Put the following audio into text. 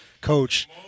coach